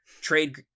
Trade